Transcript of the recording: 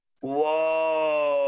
Whoa